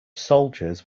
soldiers